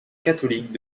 catholique